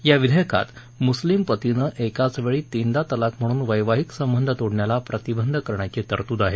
या विधेयकात मृस्लीम पतीनं एकाचवेळी तीनदा तलाक म्हणून वैवाहिक संबंध तोडण्याला प्रतिबंध करण्याची तरतूद आहे